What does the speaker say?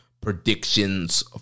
predictions